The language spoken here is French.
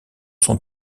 son